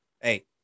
Hey